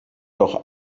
doch